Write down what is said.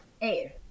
air